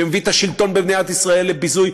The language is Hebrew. שמביא את השלטון במדינת ישראל לביזוי,